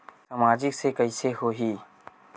सामाजिक से कइसे होही?